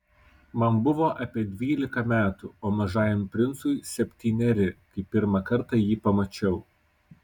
man buvo apie dvylika metų o mažajam princui septyneri kai pirmą kartą jį pamačiau